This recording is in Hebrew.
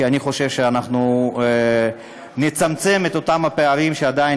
כי אני חושב שאנחנו נצמצם את אותם הפערים שעדיין